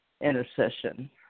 intercession